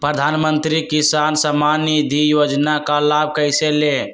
प्रधानमंत्री किसान समान निधि योजना का लाभ कैसे ले?